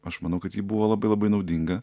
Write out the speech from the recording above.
aš manau kad ji buvo labai labai naudinga